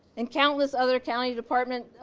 and countless other county department